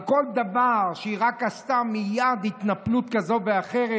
על כל דבר שהיא רק עשתה, מייד התנפלות כזו ואחרת.